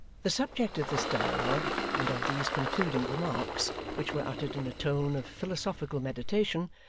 the subject of this dialogue and of these concluding remarks, which were uttered in a tone of philosophical meditation,